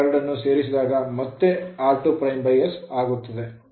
ನೀವು ಇವೆರಡನ್ನು ಸೇರಿಸಿದರೆ ಅದು ಮತ್ತೆ r2' s ಆಗುತ್ತದೆ